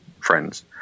friends